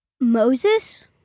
Moses